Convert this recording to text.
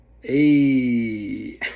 Hey